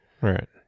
Right